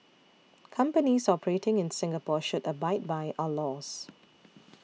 companies operating in Singapore should abide by our laws